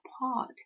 pod